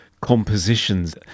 compositions